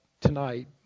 tonight